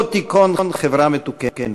לא תיכון חברה מתוקנת.